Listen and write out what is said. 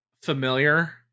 familiar